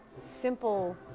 simple